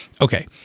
Okay